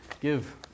give